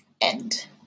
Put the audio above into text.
End